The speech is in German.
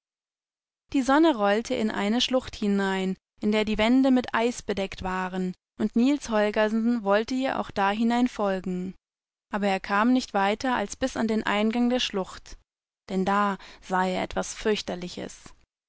die sonne rollte in eine schlucht hinein in der die wände mit eis bedeckt waren und niels holgersen wollte ihr auch da hinein folgen aber er kam nicht weiter als bis an den eingang der schlucht denn da sah er etwas fürchterliches